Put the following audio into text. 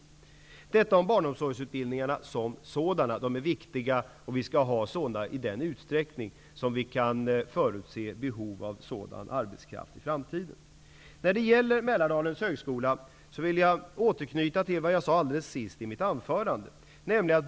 Detta vill jag säga om barnomsorgsutbildningarna som sådana. De är viktiga, och vi skall ha dem i den utsträckning som vi kan förutse behov av sådan arbetskraft i framtiden. Jag vill återknyta till vad jag sade alldeles på slutet i mitt anförande.